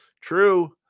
true